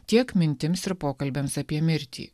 tiek mintims ir pokalbiams apie mirtį